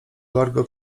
wargą